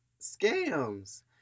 scams